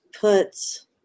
puts